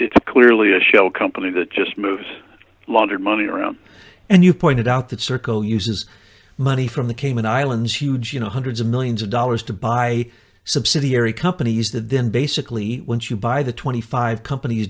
it's clearly a shell company that just moves laundered money around and you pointed out that circle uses money from the cayman islands huge you know hundreds of millions of dollars to buy subsidiary companies that then basically once you buy the twenty five companies